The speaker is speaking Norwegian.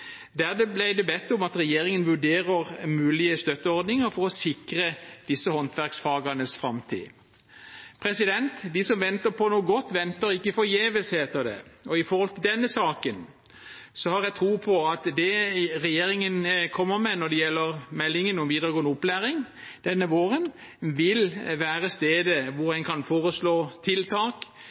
det bedt om at regjeringen vurderer mulige støtteordninger for å sikre disse håndverksfagenes framtid. De som venter på noe godt, venter ikke forgjeves, heter det. I denne saken har jeg tro på at regjeringen denne våren i meldingen om videregående opplæring